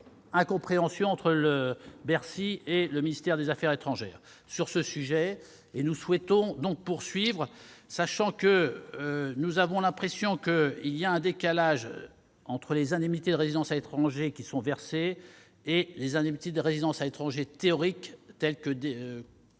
incompréhension entre Bercy et le ministère des affaires étrangères. Le travail doit se poursuivre. Nous avons l'impression d'un décalage entre les indemnités de résidence à l'étranger qui sont versées et les indemnités de résidence à l'étranger théoriques telles